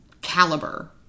caliber